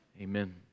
Amen